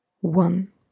one